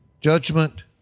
judgment